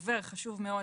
השחורות.